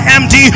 md